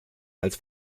als